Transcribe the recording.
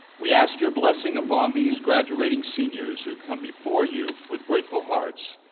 we ask your blessing upon these graduating seniors who come before you with grateful hearts.